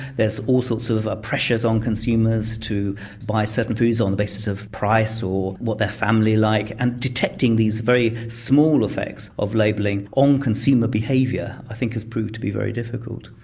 there are all sorts of ah pressures on consumers to buy certain foods on the basis of price or what their family like and detecting these very small effects of labelling on consumer behaviour i think has proved to be very difficult.